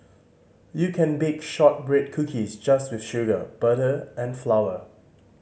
you can bake shortbread cookies just with sugar butter and flour